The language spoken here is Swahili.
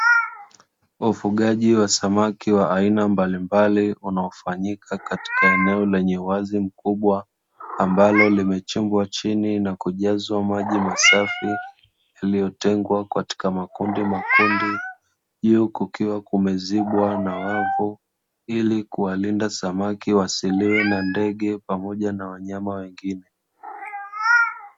Ufugaji wa samaki wa aina mbalimbali unaofanyika katika eneo lenye uwazi mkubwa, ambalo limeshimbwa chini na kujazwa maji masafi yaliyotengwa katika makundimakundi, juu kukiwa kumezibwa na wavu ili kuwalinda samaki wasiliwe na ndege pamoja na wanyama wengine.